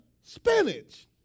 spinach